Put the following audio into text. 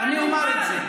אני אומר את זה.